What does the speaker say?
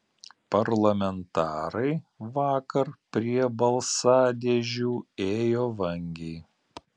parlamentarai vakar prie balsadėžių ėjo vangiai